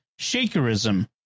shakerism